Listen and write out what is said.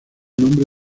nombre